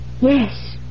Yes